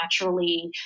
naturally